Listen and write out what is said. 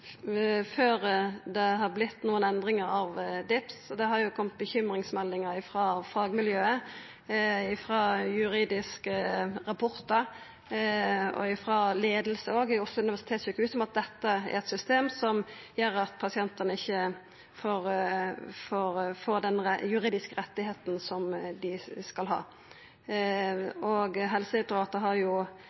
før det har vorte nokon endringar i DIPS, og det har kome bekymringsmeldingar frå fagmiljøet, i juridiske rapportar og frå leiinga òg i Oslo universitetssykehus om at dette er eit system som gjer at pasientane ikkje får den juridiske retten som dei skal ha. Helsedirektoratet har i fleire vendingar sagt at det er ingen grunn til bekymring, og statsråden har